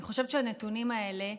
אני חושבת שהנתונים האלה,